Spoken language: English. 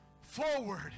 forward